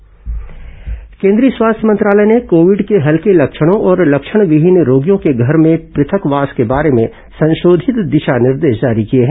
स्वास्थ्य मंत्रालय दिशा निर्दे श केन्द्रीय स्वास्थ्य मंत्रालय ने कोविड के हल्के लक्षणों और लक्षणविहीन रोगियों के घर में पृथकवास के बारे में संशोधित दिशा निर्देश जारी किए हैं